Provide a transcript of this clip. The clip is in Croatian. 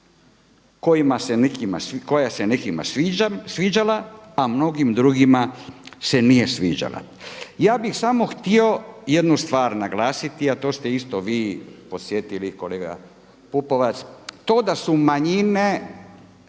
koja se nekima sviđala, a mnogim drugima se nije sviđala. Ja bih samo htio jednu stvar naglasiti, a to ste isto vi podsjetili kolega Pupovac, to da su manjine